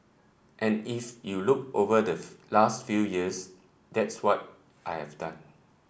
and if you look over the last few years that's what I have done